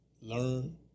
learn